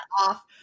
off